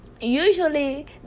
usually